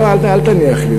לא, אל תניח לי.